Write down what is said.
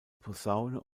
posaune